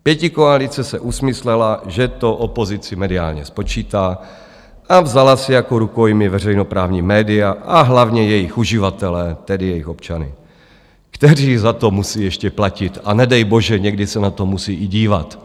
Pětikoalice si usmyslela, že to opozici mediálně spočítá, a vzala si jako rukojmí veřejnoprávní média a hlavně jejich uživatele, tedy jejich občany, kteří za to musí ještě platit a nedejbože, někdy se na to musí i dívat.